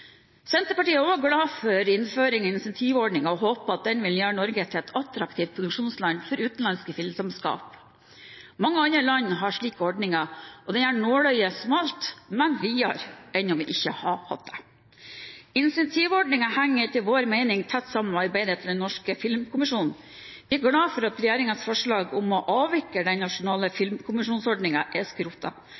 Senterpartiet er også glad for innføringen av incentivordningen og håper at den vil gjøre Norge til et attraktivt produksjonsland for utenlandske filmselskaper. Mange andre land har slike ordninger, og det gjør nåløyet smalt, men videre enn om vi ikke hadde hatt det. Incentivordningen henger etter vår mening tett sammen med arbeidet til den norske filmkommisjonen. Vi er glade for at regjeringens forslag om å avvikle den nasjonale filmkommisjonsordningen er